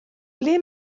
ble